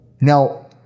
Now